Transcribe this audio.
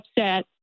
upset